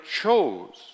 chose